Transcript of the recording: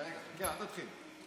רגע, אל תתחיל.